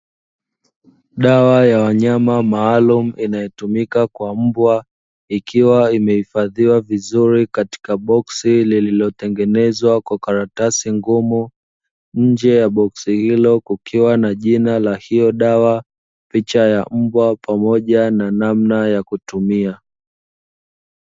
Dawa ya wanyama maalumu inayotumika kwa mbwa, ikiwa imehifadhiwa vizuri katika boksi liliotengenezwa kwa karatasi ngumu, nje ya boksi hilo kukiwa na jina la hiyo dawa, picha ya mbwa pamoja na namna ya kutumia.